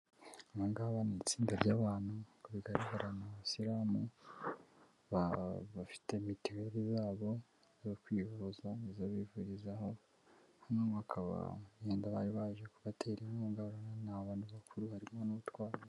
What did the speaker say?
Amagaba n'itsinda ry'abantu uko bigaragara ni abasilamu bafite mituweli zabo zo kwivuza, ni izo bivurizaho. Hano hakaba bari baje kubatera inkunga urabona ni abantu bakuru harimo n'utwana.